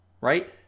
right